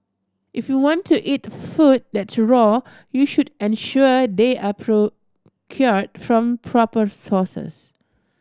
if you want to eat food that raw you should ensure they are procured from proper sources